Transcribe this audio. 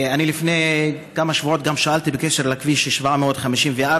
לפני כמה שבועות שאלתי גם בקשר לכביש 754,